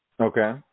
Okay